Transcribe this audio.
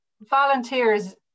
volunteers